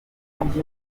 ubukungu